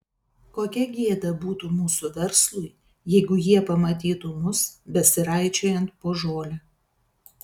kokia gėda būtų mūsų verslui jeigu jie pamatytų mus besiraičiojant po žolę